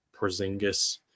Porzingis